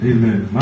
Amen